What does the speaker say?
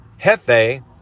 Hefe